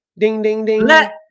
let